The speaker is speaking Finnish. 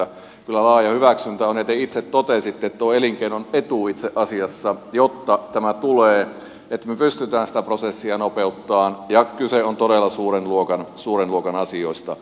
kyllä laaja hyväksyntä on ja te itse totesitte että on elinkeinon etu itse asiassa jotta tämä tulee että me pystymme sitä prosessia nopeuttamaan ja kyse on todella suuren luokan asioista